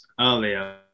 earlier